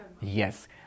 Yes